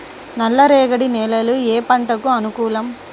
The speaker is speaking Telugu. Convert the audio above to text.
నల్ల రేగడి నేలలు ఏ పంటకు అనుకూలం?